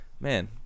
Man